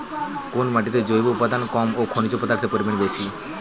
কোন মাটিতে জৈব উপাদান কম ও খনিজ পদার্থের পরিমাণ বেশি?